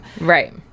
right